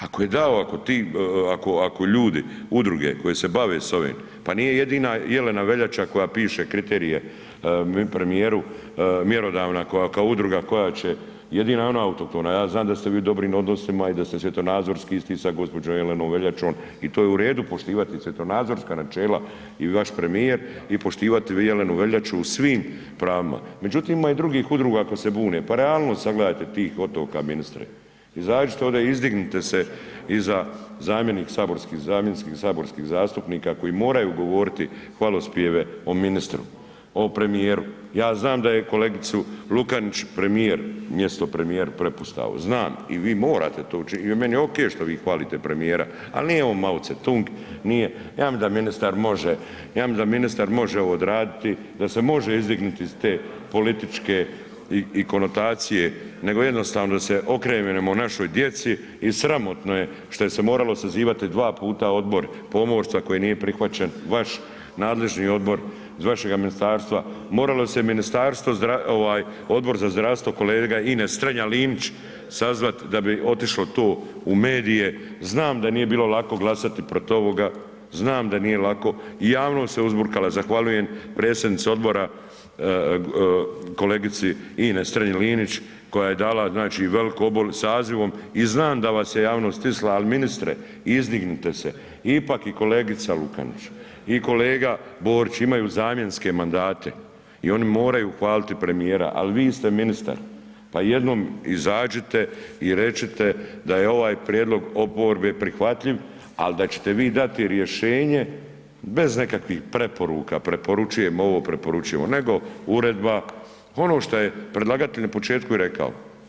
Ako je dao, ako ljudi, udruge se bave s ovim, pa nije jedina Jelena Veljača koja piše kriterije premijeru mjerodavna koja kao udruga koja će, jedino je ona autohtona, ja znam da ste vi u dobrim odnosima i da se svjetonazorski isti sa gđom. Jelenom Veljačom i to je u redu poštivati svjetonazorska načela i vaš premijer i poštivati Jelenu Veljaču u svim pravima međutim ima i drugih udruga koje se bune, pa realnost sagledajte tih otoka, ministre, izađite ovdje, izdignite se iza zamjenskih saborskih zastupnika koji moraju govoriti hvalospjeve o ministru, o premijeru, ja znam da je kolegicu Lukačić premijer, mjesto premijer prepuštao, znam i vi morate to učiniti i meni je ok što vi hvalite premijera ali nije on Mao Zedong, nije, ja mislim da ministar može ovo odraditi, da se može izdignuti iz te političke i konotacije nego jednostavno se okrenemo našoj djeci i sramotno je šta se morali sazivati dva puta odbor pomorstva koji nije prihvaćen, vaš nadležni odbor iz vašega ministarstvo, moralo se Odbor za zdravstvo, kolega Ines Strenja Linić sazvat da bi otišlo to u medije, znamo da nije bilo lako glasati protiv ovoga, znam da nije lako, javnost se uzburkala, zahvaljujem predsjednici odbora kolegici Ines Strenji Linić koja je dala veliki obol sazivom i znam da vas je javnost stisla ali ministre, izdignite se, ipak i kolega Lukačić i kolega Borić imaju zamjenske mandate i oni moraju hvaliti premijera ali vi ste ministar, pa jednom izađite i recite da je ovaj prijedlog oporbe prihvatljiv ali da ćete vi dati rješenje bez nekakvih preporuka, preporučujem ovo, preporučujem ono nego uredba, ono što je predlagatelj na početku rekao.